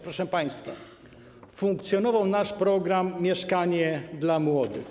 Proszę państwa, funkcjonował nasz program „Mieszkanie dla młodych”